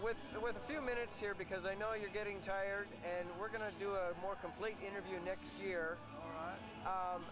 with the with a few minutes here because i know you're getting tired and we're going to do a more complete interview next year